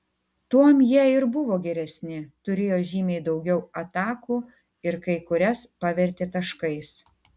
tuom jie ir buvo geresni turėjo žymiai daugiau atakų ir kai kurias pavertė taškais